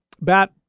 bat